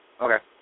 Okay